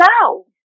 no